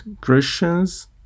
Christians